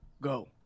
go